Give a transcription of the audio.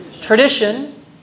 tradition